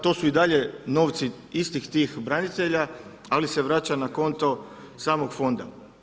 To su i dalje novci istih tih branitelja, ali se vraća na konto samog Fonda.